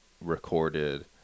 recorded